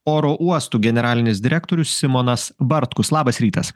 oro uostų generalinis direktorius simonas bartkus labas rytas